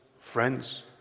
friends